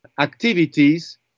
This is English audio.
activities